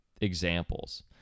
examples